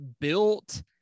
built